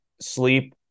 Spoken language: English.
sleep